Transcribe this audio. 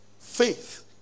faith